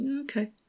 okay